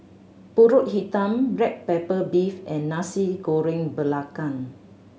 Pulut Hitam black pepper beef and Nasi Goreng Belacan